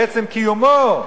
בעצם קיומו.